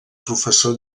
professor